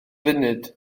funud